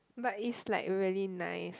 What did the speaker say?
but if like really nice